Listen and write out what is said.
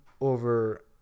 over